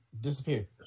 disappeared